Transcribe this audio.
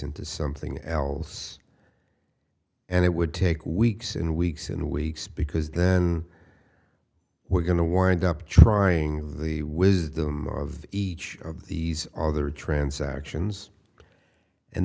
into something else and it would take weeks and weeks and weeks because then we're going to wind up trying the wisdom of each of these other transactions and